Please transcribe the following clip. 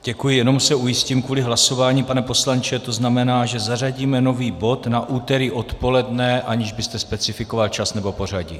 Děkuji, jenom se ujistím kvůli hlasování, pane poslanče, to znamená, že zařadíme nový bod na úterý odpoledne, aniž byste specifikoval čas nebo pořadí.